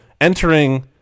entering